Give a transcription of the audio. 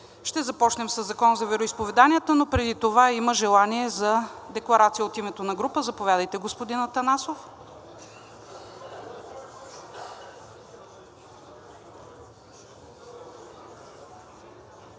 Ще започнем със Закона за вероизповеданията, но преди това има желание за декларация от името на група. Заповядайте, господина Атанасов.